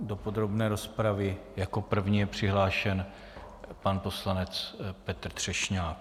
Do podrobné rozpravy jako první je přihlášen pan poslanec Petr Třešňák.